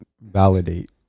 validate